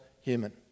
human